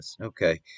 okay